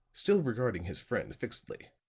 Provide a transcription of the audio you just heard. still regarding his friend fixedly.